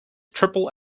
triple